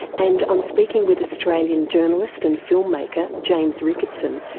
and i'm speaking with australian journalist and filmmaker james ricketson,